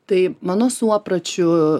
tai mano suopračiu